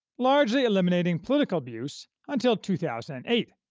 largely eliminating political abuse until two thousand and eight.